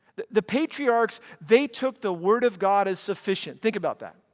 the patriarchs they took the word of god as sufficient. think about that.